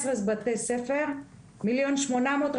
18 בתי ספר, מיליון ו-800,000.